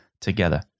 together